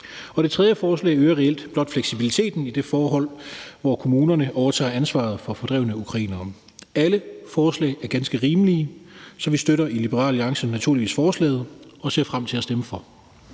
Det tredje forslag øger reelt blot fleksibiliteten i de forhold, hvor kommunerne overtager ansvaret for fordrevne ukrainere. Alle forslag er ganske rimelige, så vi støtter i Liberal Alliance naturligvis forslaget og ser frem til at stemme for.